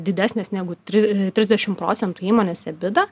didesnės negu tri trisdešimt procentų įmonės ebida